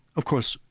of course,